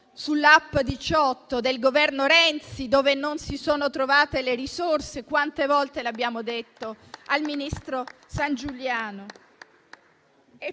sull'App 18 del Governo Renzi, dove non si sono trovate le risorse, quante volte l'abbiamo detto al ministro Sangiuliano?